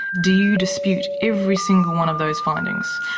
do you dispute every single one of those findings?